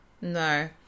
No